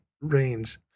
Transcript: range